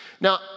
Now